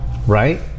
right